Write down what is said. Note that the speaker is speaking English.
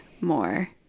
more